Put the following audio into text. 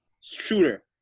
shooter